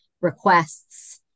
requests